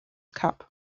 cup